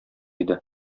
иде